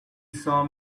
saw